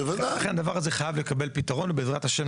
ולכן הדבר הזה חייב לקבל פתרון בעזרת ה'.